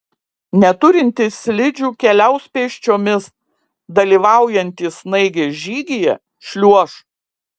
neturintys slidžių keliaus pėsčiomis dalyvaujantys snaigės žygyje šliuoš